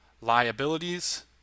liabilities